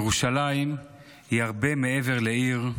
ירושלים היא הרבה מעבר לעיר,